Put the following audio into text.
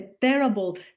terrible